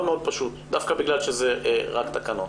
מאוד מאוד פשוט דווקא בגלל שזה רק תקנות.